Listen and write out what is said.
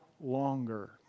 longer